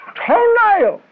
toenail